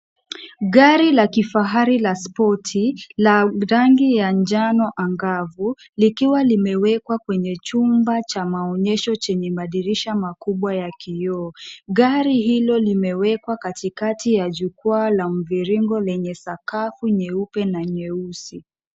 Gari la kifahari la sporti la rangi ya njano angavu likiwa limewekwa kwenye chumba cha maonyesho chenye madirisha makubwa ya kioo. Gari hilo limewekwa katikati ya jukwaa la mviringo lenye sakafu nyeupe na nyeusi.